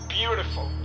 beautiful